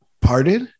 parted